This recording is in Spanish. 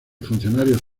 funcionarios